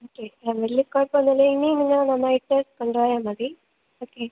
okay ആ വലിയ കുഴപ്പമൊന്നുമില്ല ഇനിയും നിങ്ങൾ നന്നായിട്ട് കൊണ്ടുപോയാൽ മതി ഓക്കെ